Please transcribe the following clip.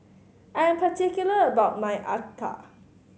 I am particular about my acar